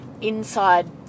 Inside